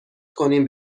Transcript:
کنیم